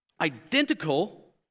Identical